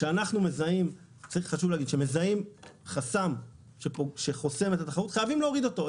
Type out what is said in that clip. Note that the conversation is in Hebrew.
כשאנחנו מזהים חסם שחוסם את התחרות חייבים להוריד אותו,